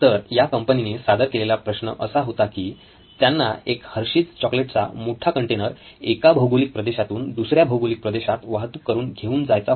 तर या कंपनीने सादर केलेला प्रश्न असा होता जसे की त्यांना एक हर्शीज Hershey's चॉकलेट चा मोठा कंटेनर एका भौगोलिक प्रदेशातून दुसऱ्या भौगोलिक प्रदेशात वाहतूक करून घेऊन जायचा होता